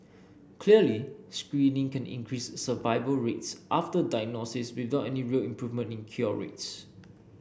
clearly screening can increase survival rates after diagnosis without any real improvement in cure rates